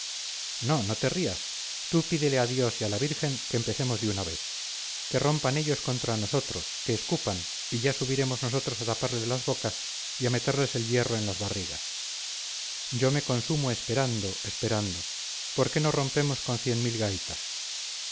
no no te rías tú pídele a dios y a la virgen que empecemos de una vez que rompan ellos contra nosotros que escupan y ya subiremos nosotros a taparles las bocas y a meterles el hierro en las barrigas yo me consumo esperando esperando por qué no rompemos con cien mil gaitas